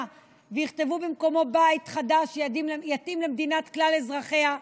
ויכתבו במקומו בית חדש שיתאים למדינת כלל אזרחיה,